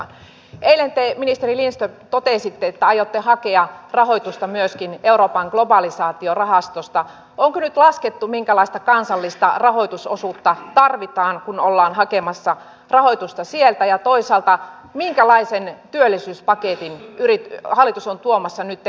eilen te ministeri lindström totesitte että aiotte hakea rahoitusta myöskin euroopan globalisaatiorahastosta onko nyt laskettu minkälaista kansallista rahoitusosuutta tarvitaan kun ollaan hakemassa rahoitusta sieltä ja toisaalta minkälaisen työllisyyspaketin hallitus on tuomassa nytten lisäbudjetissaan